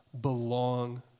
belong